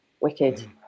Wicked